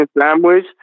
sandwich